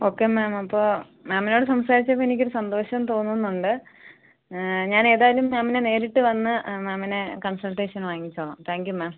okay ma'am അപ്പോൾ മാമിനോട് സംസാരിച്ചപ്പോൾ എനിക്കൊരു സന്തോഷം തോന്നുന്നുണ്ട് ഞാൻ ഏതായാലും മാമിനെ നേരിട്ട് വന്ന് മാമിനെ കൺസൾട്ടേഷൻ വാങ്ങിച്ചോളാം താങ്ക് യു മാം